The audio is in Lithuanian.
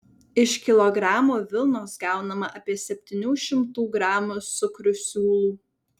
iš kilogramo vilnos gaunama apie septynių šimtų gramų sukrių siūlų